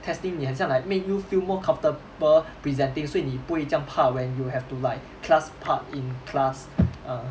testing 你很像 like make you feel more comfortable presenting 所以你不会这样怕 when you have to like class part in class ah